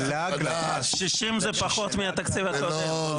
שישים זה פחות מהתקציב הקודם.